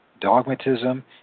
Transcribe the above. dogmatism